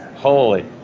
Holy